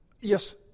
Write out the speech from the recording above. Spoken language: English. Yes